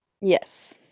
Yes